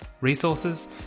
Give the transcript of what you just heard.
resources